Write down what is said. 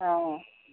অঁ